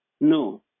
No